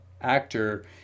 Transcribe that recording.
actor